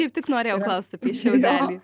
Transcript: kaip tik norėjau klaust apie šiaudelį